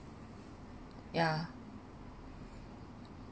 ya